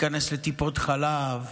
להיכנס לטיפות חלב?